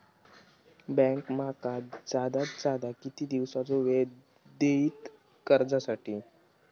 Bank माका जादात जादा किती दिवसाचो येळ देयीत कर्जासाठी?